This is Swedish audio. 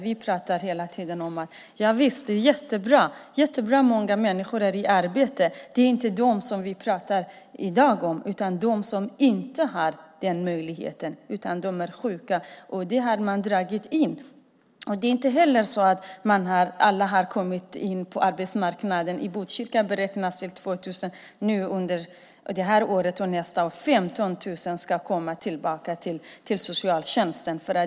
Vi pratar hela tiden om att det är jättebra att många människor är i arbete. Men det är inte dem vi pratar om i dag, utan om dem som inte har den möjligheten utan är sjuka. Detta har man dragit in. Det är inte heller så att alla har kommit in på arbetsmarknaden. I Botkyrka beräknas 2 000 under det här året och nästa, och 15 000 ska komma tillbaka till socialtjänsten.